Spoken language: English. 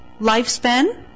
lifespan